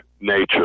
Nature